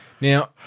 Now